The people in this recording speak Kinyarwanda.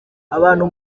abantu